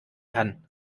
kann